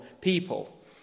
people